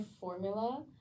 formula